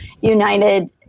United